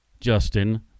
Justin